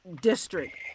district